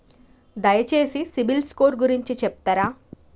దయచేసి CIBIL score గురించి చెప్తరా?